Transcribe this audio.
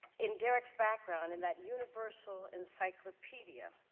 in derrick's background, in that universal encyclopedia,